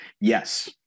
Yes